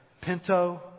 Pinto